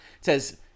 says